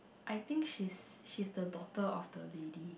I think she's she's the daughter of the lady